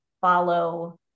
follow